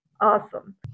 awesome